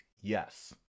Yes